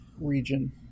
region